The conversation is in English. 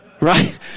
Right